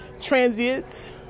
transients